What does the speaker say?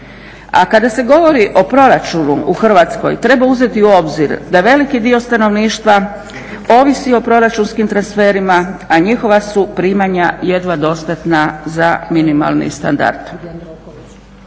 A kada se govori o proračunu u Hrvatskoj treba uzeti u obzir da veliki dio stanovništva ovisi o proračunskim transferima, a njihova su primanja jedva dostatna za minimalni standard.